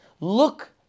look